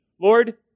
Lord